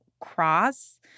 cross